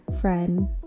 friend